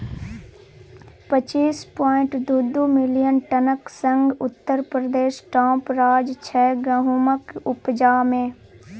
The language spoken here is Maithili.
पच्चीस पांइट दु दु मिलियन टनक संग उत्तर प्रदेश टाँप राज्य छै गहुमक उपजा मे